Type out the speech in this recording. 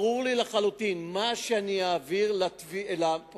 וברור לי לחלוטין שמה שאני אעביר לפרקליטות,